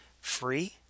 free